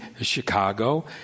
Chicago